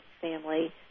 family